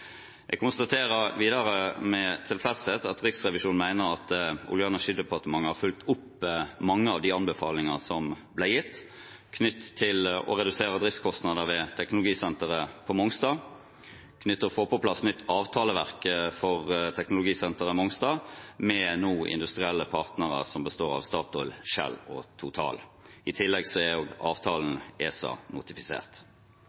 Jeg konstaterer videre med tilfredshet at Riksrevisjonen mener at Olje- og energidepartementet har fulgt opp mange av de anbefalinger som ble gitt, knyttet til å redusere driftskostnadene ved Teknologisenteret på Mongstad og knyttet til å få på plass nytt avtaleverk for Teknologisenteret på Mongstad med industrielle partnere som består av Statoil, Shell og Total. I tillegg er avtalen ESA-notifisert. Risikostyringen både i departementet og